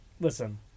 listen